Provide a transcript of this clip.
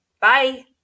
Bye